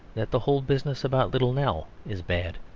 that the whole business about little nell is bad.